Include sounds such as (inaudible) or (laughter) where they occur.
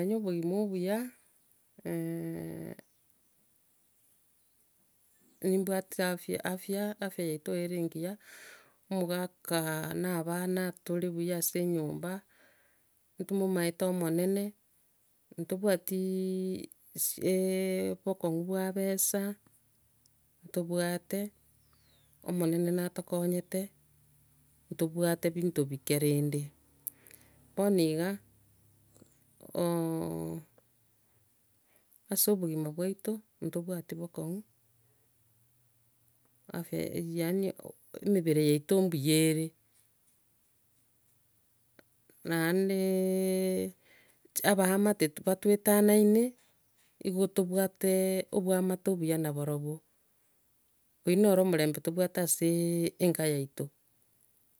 Ntomenye obogima obuya, (hesitation) nimbwate afya, afya yaito ere engiya, omogaka na abana ntore buya ase enyomba, ntomomanyete omonene, ntobwatiii si (hesitation) obokong'u bwa ebesa, ntobwate, omonene natokonyete, ntobwate binto bike rende. Bono iga, (hesitation) ase obogima bwaito, ntobwati obokong'u, afya- eh- yaani emebere yaito mbura ere. Naendeeee, abaamate batwetaine, nigo ntobwate oboamate obuya na barobwo. Oiyo noro omorembe tobwate asee enka yaito.